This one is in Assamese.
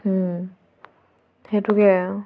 সেইটোকে